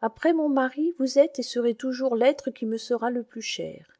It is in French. après mon mari vous êtes et serez toujours l'être qui me sera le plus cher